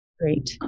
Great